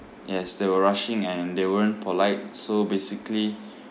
yes they were rushing and they weren't polite so basically